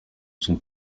son